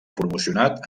promocionat